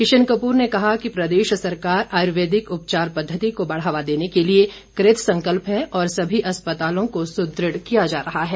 किशन कपूर ने कहा कि प्रदेश सरकार आयुर्वेदिक उपचार पद्धति को बढ़ावा देने के लिए कृतसंकल्प है और समी अस्पतालों को सुदृढ़ किया जा रहा है